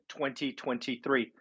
2023